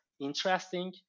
interesting